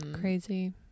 crazy